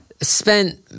spent